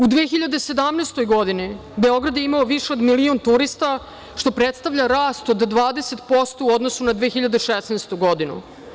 U 2017. godini, Beograd je imao više od milion turista, što predstavlja rast od 20% u odnosu na 2016. godinu.